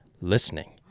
listening